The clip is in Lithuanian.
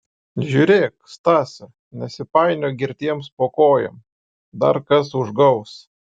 žiūrėk stase nesipainiok girtiems po kojom dar kas užgaus